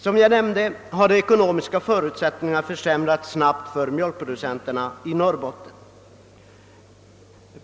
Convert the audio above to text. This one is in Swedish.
Som jag nämnde har de ekonomiska förutsättningarna snabbt försämrats för mjölkproducenterna i Norrbotten.